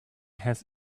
has